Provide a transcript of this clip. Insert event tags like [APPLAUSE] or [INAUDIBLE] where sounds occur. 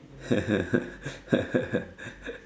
[LAUGHS]